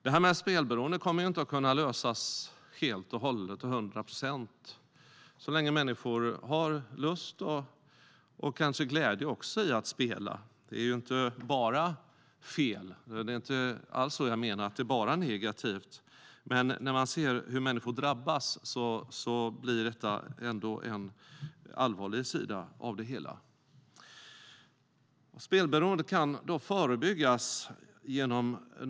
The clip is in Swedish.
Detta med spelberoende kommer inte att kunna lösas helt och hållet, till 100 procent, så länge människor finner lust och glädje i att spela. Det är ju inte bara fel. Jag menar inte att det bara är negativt. Men när man ser hur människor drabbas blir detta ändå en allvarlig sida av det hela. Spelberoende kan förebyggas.